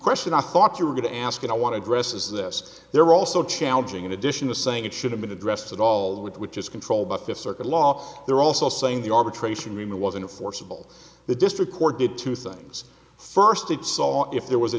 question i thought you were going to ask and i want to address is this there are also challenging in addition to saying it should have been addressed at all which is controlled by fifth circuit law they're also saying the arbitration wasn't a forcible the district court did two things first it saw if there was a